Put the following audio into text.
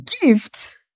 gift